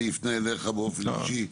אני אפנה אליך באופן אישי.